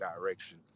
direction